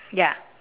ya